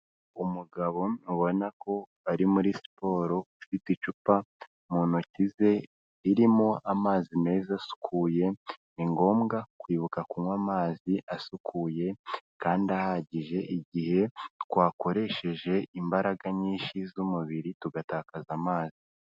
Umugabo ubona ko ari muri siporo ufite icupa mu ntoki ze ririmo amazi meza asukuye, ni ngombwa kwibuka kunywa amazi asukuye kandi ahagije igihe twakoresheje imbaraga nyinshi z'umubiri tugatakaza amazi.